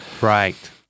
right